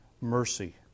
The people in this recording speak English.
Mercy